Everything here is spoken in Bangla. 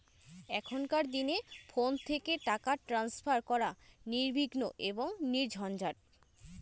এখনকার দিনে ফোন থেকে টাকা ট্রান্সফার করা নির্বিঘ্ন এবং নির্ঝঞ্ঝাট